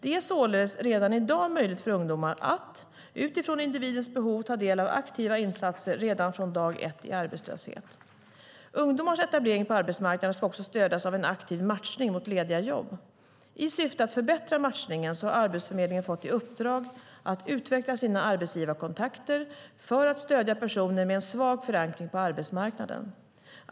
Det är således redan i dag möjligt för ungdomar att, utifrån individens behov, ta del av aktiva insatser redan från dag ett i arbetslöshet. Ungdomars etablering på arbetsmarknaden ska också stödjas av en aktiv matchning mot lediga jobb. I syfte att förbättra matchningen har Arbetsförmedlingen fått i uppdrag att utveckla sina arbetsgivarkontakter för att stödja personer med en svag förankring på arbetsmarknaden.